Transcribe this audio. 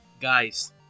guys